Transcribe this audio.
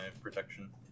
protection